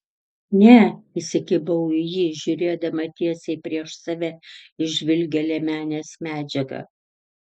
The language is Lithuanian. ne įsikibau į jį žiūrėdama tiesiai prieš save į žvilgią liemenės medžiagą